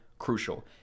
crucial